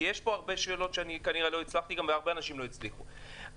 ויש פה שאלות שהרבה אנשים לא הצליחו להבין.